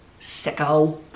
sicko